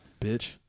bitch